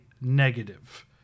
negative